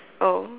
oh